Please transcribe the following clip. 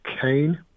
Kane